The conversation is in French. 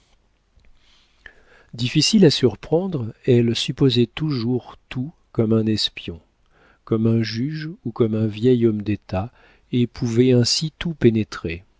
difficile à surprendre elle supposait toujours tout comme un espion comme un juge ou comme un vieil homme d'état et pouvait ainsi tout pénétrer